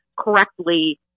correctly